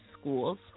schools